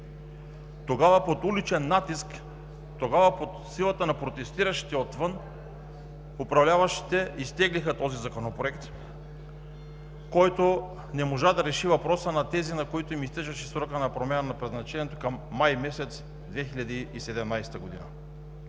Тогава под уличен натиск, под силата на протестиращите отвън, управляващите изтеглиха този законопроект, който не можа да реши въпроса на тези, на които им изтичаше срока на промяна на предназначението към май месец 2017 г.